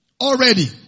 already